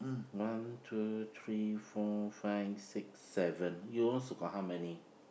one two three four five six seven you also got how many